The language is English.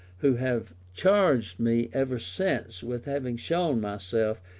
who have charged me ever since with having shown myself,